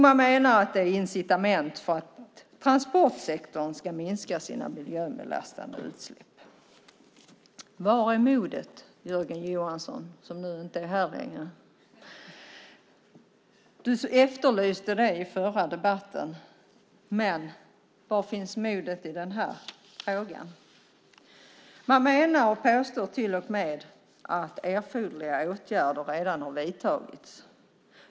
Man menar att det är incitament för att transportsektorn ska minska sina miljöbelastande utsläpp. Var är modet, Jörgen Johansson - som nu inte är här längre? Jörgen Johansson efterlyste mod i den förra debatten, men var finns modet i den här frågan? Man påstår att erforderliga åtgärder redan har vidtagits.